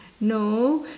no